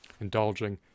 indulging